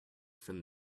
from